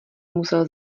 musel